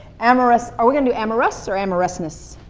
amorous. are we gonna do amorous, or amorousness?